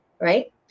right